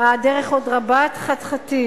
הדרך עוד רבת-חתחתים.